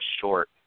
short